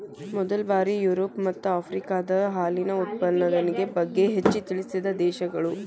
ಮೊದಲ ಬಾರಿ ಯುರೋಪ ಮತ್ತ ಆಫ್ರಿಕಾದಾಗ ಹಾಲಿನ ಉತ್ಪಾದನೆ ಬಗ್ಗೆ ಹೆಚ್ಚ ತಿಳಿಸಿದ ದೇಶಗಳು